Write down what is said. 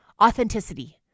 Authenticity